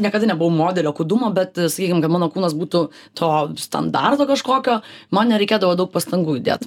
niekada nebuvau modelio kūdumo bet sakykim mano kūnas būtų to standarto kažkokio man nereikėdavo daug pastangų įdėt